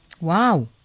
Wow